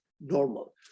normal